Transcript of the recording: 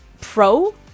pro-